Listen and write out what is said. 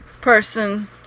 person